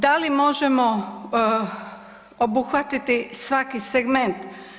Da li možemo obuhvatiti svaki segment?